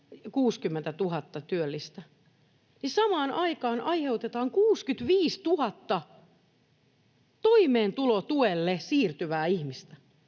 60 000 työllistä — aiheutetaan 65 000 toimeentulotuelle siirtyvää ihmistä.